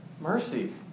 mercy